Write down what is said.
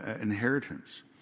inheritance